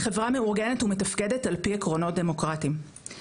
חברה מאורגנת ומתפקדת על פי עקרונות דמוקרטיים.